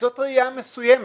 זאת ראייה מסוימת